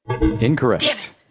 Incorrect